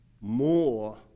more